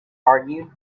argued